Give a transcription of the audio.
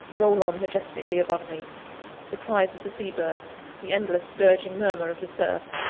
roll on majestically above me the cries of the sea-birds, the endless, dirging murmur of the surf,